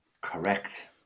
Correct